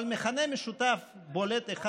אבל מכנה משותף אחד היה בולט: